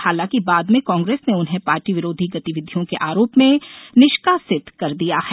हालांकि बाद में कांग्रेस ने उन्हें पार्टी विरोधी गतिविधियों के आरोप में कांग्रेस से निष्कासित कर दिया है